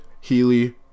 Healy